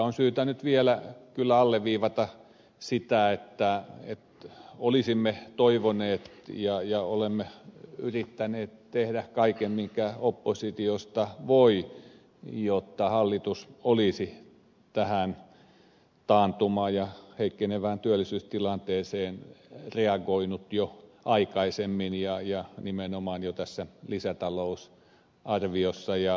on syytä nyt vielä alleviivata sitä että olisimme toivoneet ja olemme yrittäneet tehdä kaiken minkä oppositiosta voi jotta hallitus olisi tähän taantumaan ja heikkenevään työllisyystilanteeseen reagoinut jo aikaisemmin ja nimenomaan jo tässä lisätalousarviossa